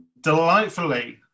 delightfully